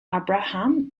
abraham